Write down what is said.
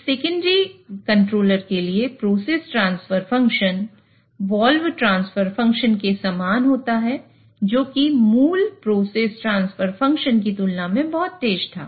इस secondary controller के लिए प्रोसेस ट्रांसफर फंक्शन की तुलना में बहुत तेज था